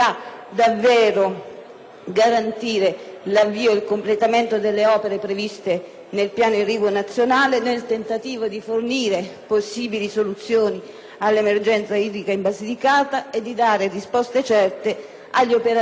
garantire l'avvio ed il completamento delle opere previste nel piano irriguo nazionale, nel tentativo di fornire possibili soluzioni all'emergenza idrica in Basilicata e di dare risposte certe agli operatori del settore.